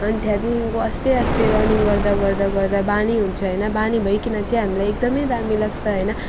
अनि त्यहाँदेखिको आस्ते आस्ते रनिङ गर्दा गर्दा गर्दा बानी हुन्छ होइन बानी भइकन चाहिँ हामीलाई एकदमै दामी लाग्छ होइन